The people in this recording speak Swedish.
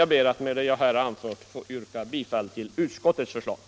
Jag ber att med det jag här anfört få yrka bifall till utskottets hemställan.